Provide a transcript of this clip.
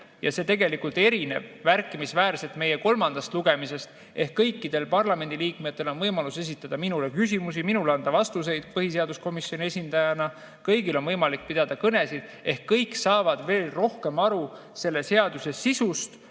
Ja see tegelikult erineb märkimisväärselt meie kolmandast lugemisest. Ehk kõikidel parlamendiliikmetel on võimalus esitada minule küsimusi, minul on võimalik anda vastuseid põhiseaduskomisjoni esindajana, kõigil on võimalik pidada kõnesid. Ehk kõik saavad veel rohkem aru selle seaduse sisust,